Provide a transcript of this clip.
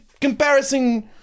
comparison